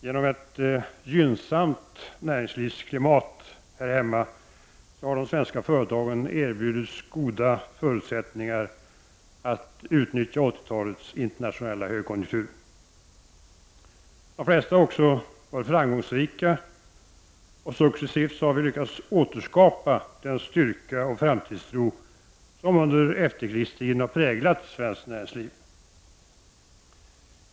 Herr talman! Genom ett gynnsamt näringslivsklimat här hemma har de svenska företagen erbjudits goda förutsättningar att utnyttja 1980-talets internationella högkonjunktur. De flesta har också varit framgångsrika, och successivt har vi lyckats återskapa den styrka och framtidstro som under efterkrigstiden har präglat svenskt näringsliv.